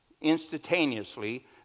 instantaneously